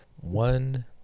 One